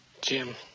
jim